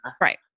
Right